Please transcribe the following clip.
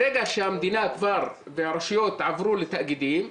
ברגע שהמדינה והרשויות עברו לתאגידים,